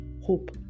hope